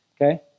okay